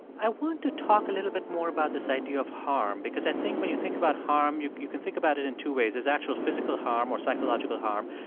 i want to talk a little bit more about this idea of harm because i think when you think about harm, you you can think about it in two ways there's actual physical harm or psychological harm,